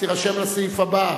תירשם לסעיף הבא.